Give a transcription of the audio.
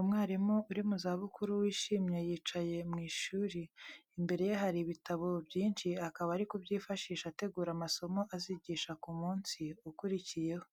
Umwarimu uri mu zabukuru wishimye yicaye mu ishuri, imbere ye hari ibitabo byinshi akaba ari kubyifashisha ategura amasomo azigisha ku munsi ukurikiyeho.